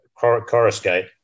Coruscate